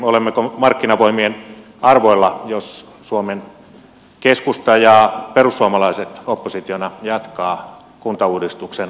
olemmeko markkinavoimien armoilla jos suomen keskusta ja perussuomalaiset oppositiona jatkavat kuntauudistuksen jarruttamista